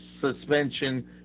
suspension